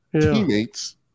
teammates